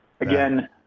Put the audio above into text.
Again